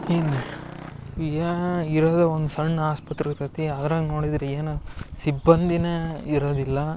ಇನ್ನ ಯಾ ಇರೋದು ಒಂದು ಸಣ್ಣ ಆಸ್ಪತ್ರೆ ಅದ್ರಾಗ ನೋಡಿದ್ರ ಏನು ಸಿಬ್ಬಂದಿನ ಇರೋದಿಲ್ಲ